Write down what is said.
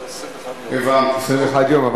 זו סנקציה, 21 יום.